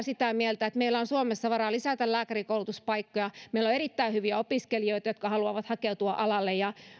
sitä mieltä että meillä on suomessa varaa lisätä lääkärikoulutuspaikkoja meillä on erittäin hyviä opiskelijoita jotka haluavat hakeutua alalle